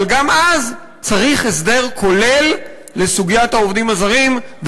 אבל גם אז צריך הסדר כולל לסוגיית העובדים הזרים,